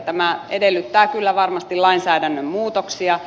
tämä edellyttää kyllä varmasti lainsäädännön muutoksia